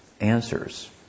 answers